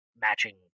matching